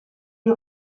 die